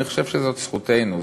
אני חושב שזאת זכותנו.